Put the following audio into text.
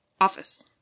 office